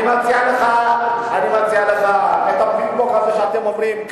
אני מציע לך את הפקפוק הזה שאתם אומרים,